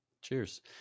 Cheers